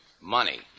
money